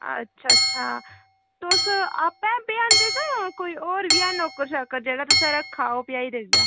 अच्छा अच्छा तुस आपैं पजांदे जां कोई होर बी है नौकर शौकर जेह्ड़ा तुसें रक्खे दा ओह् पजाई दिंदा